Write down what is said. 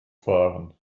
fahren